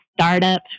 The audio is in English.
startup